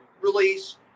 release